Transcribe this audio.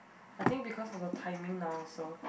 I think because of the timing now also